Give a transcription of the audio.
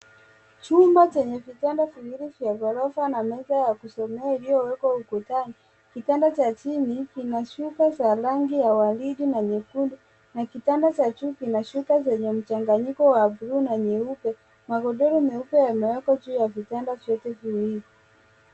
Chumba chenye vitanda viwili vya ghorofa na meza ya kusomea iliyowekwa ukutani, kitanda cha chini kina shuka za rangi ya waridi na nyekundu na kitanda za juu zina shuka zenye mchanganyiko wa bluu na nyeupe, magodoro meupe yamewekwa juu ya vitanda viwili.